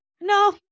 no